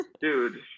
dude